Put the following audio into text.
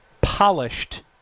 polished